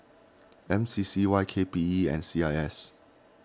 M C C Y K P E and C I S